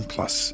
Plus